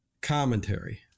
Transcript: commentary